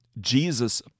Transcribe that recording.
Jesus